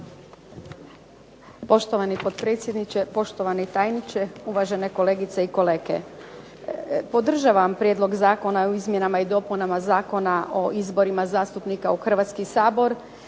Poštovani potpredsjedniče, poštovani tajniče, uvažene kolegice i kolege zastupnici. Podržavam Prijedlog zakona o izmjenama i dopunama Zakona o izborima zastupnika u Hrvatski sabor,